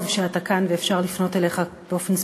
טוב שאתה כאן ואפשר לפנות אליך באופן ספציפי.